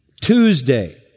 Tuesday